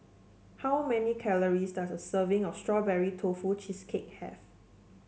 how many calories does a serving of Strawberry Tofu Cheesecake have